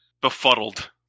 befuddled